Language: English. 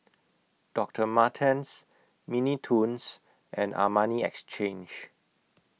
Doctor Martens Mini Toons and Armani Exchange